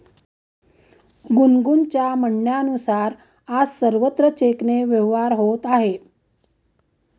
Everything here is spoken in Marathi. गुनगुनच्या म्हणण्यानुसार, आज सर्वत्र चेकने व्यवहार होत आहे